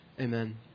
Amen